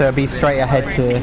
ah be straight ahead to